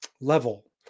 level